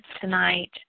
tonight